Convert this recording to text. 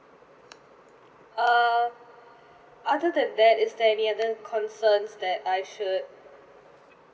err other than that is there any other concerns that I should